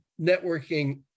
networking